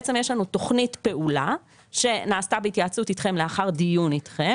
בעצם יש לנו תוכנית פעולה שנעשתה בהתייעצות אתכם ולאחר דיון אתכם,